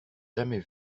jamais